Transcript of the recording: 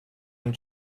and